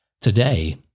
Today